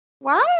Wow